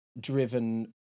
driven